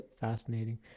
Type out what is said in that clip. Fascinating